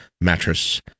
Mattress